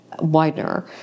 Widener